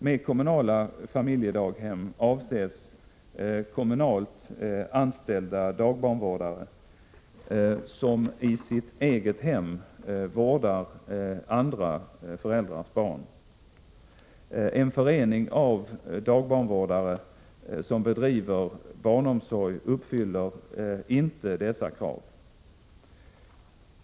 Med kommunala familjedaghem avses kommunalt anställda dagbarnvårdare som i sitt eget hem vårdar andra föräldrars barn. En förening av dagbarnvårdare som bedriver barnomsorg uppfyller inte dessa krav.